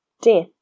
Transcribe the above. death